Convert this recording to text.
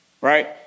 Right